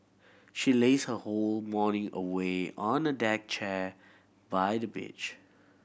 she lazed her whole morning away on a deck chair by the beach